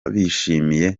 bishimiye